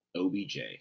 OBJ